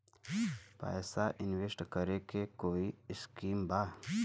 पैसा इंवेस्ट करे के कोई स्कीम बा?